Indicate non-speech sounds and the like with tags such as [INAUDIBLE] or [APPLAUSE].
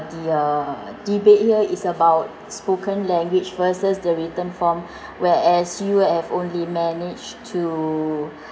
the uh debate here is about spoken language versus the written form [BREATH] whereas you have only managed to [BREATH]